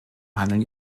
handeln